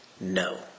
No